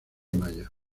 maya